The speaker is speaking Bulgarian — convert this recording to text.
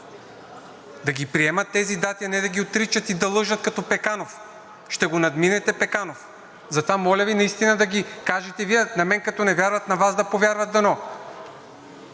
да ги приемат тези дати, а не да ги отричат и да лъжат като Пеканов. Ще го надминете Пеканов. Затова, моля Ви наистина да ги кажете Вие. На мен като не вярват, на Вас да повярват, дано.